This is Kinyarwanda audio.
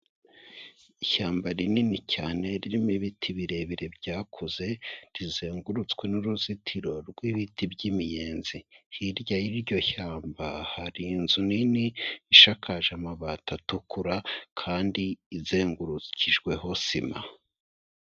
Ishyamba rinini cyane ririmo ibiti birebire byakuze, rizengurutswe n'uruzitiro rw'ibiti by'imiyenzi, hirya y'iryo shyamba hari inzu nini isakaje amabati atukura kandi izengurukijweho sima.